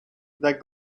that